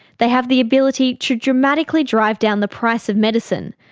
they have the ability to dramatically drive down the price of medicine,